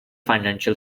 financial